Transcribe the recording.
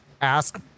ask